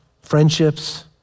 friendships